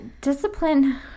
discipline